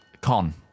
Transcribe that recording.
Con